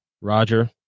Roger